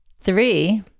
Three